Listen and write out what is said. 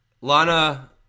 Lana